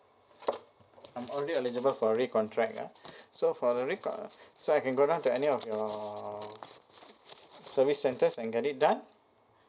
I'm only eligible for re contract ya so for the recon~ so I can go down to any of your service centres and get it done